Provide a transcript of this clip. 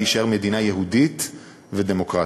להישאר מדינה יהודית ודמוקרטית.